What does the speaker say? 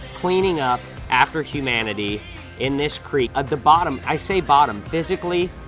cleaning up after humanity in this creek. at the bottom i say bottom physically,